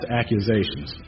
accusations